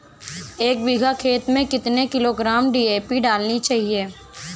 एक बीघा खेत में कितनी किलोग्राम डी.ए.पी डालनी चाहिए?